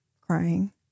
crying